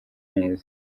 neza